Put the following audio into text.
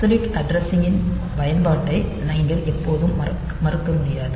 absolute அட்ரஸிங்கின் பயன்பாட்டை நீங்கள் எப்போதும் மறுக்க முடியாது